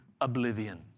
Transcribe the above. oblivion